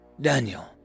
Daniel